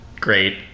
great